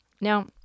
Now